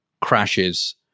crashes